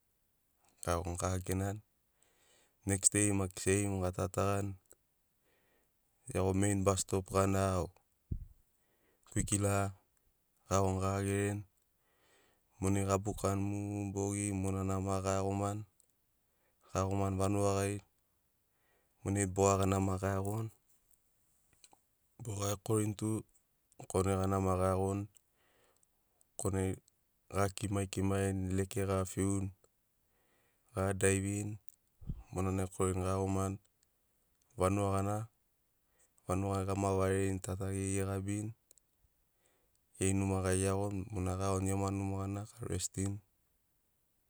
Gaiagoni gagenani next dei maki seim gatatagani iago mein bas stop gana o kwikila gaiagoni gagereni monai gabukani mu. bogi manana ma gaiagomani vanuga gari monai boga gana ma gaiagoni. Boga ekorini tu kone gana ma gaiagoni kone ai gakimai kimaini leke gafiuni gadaivini monana ekorini gaiagomani vanuga gana vanugai ama varerini ta ta geri gegabini geri numa gari geiagoni monai gaiagoni gema numa gana garestini.